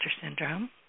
syndrome